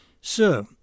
Sir